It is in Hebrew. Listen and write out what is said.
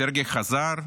סרגיי חזר,